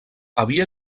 havia